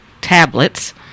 tablets